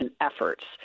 efforts